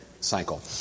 cycle